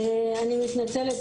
אני מתנצלת,